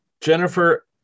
Jennifer